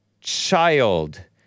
child